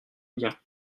bien